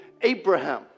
Abraham